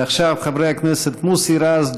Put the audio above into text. ועכשיו חברי הכנסת מוסי רז,